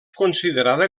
considerada